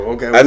Okay